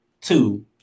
two